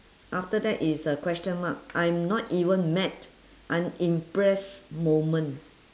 after that is a question mark I'm not even mad I'm impressed moment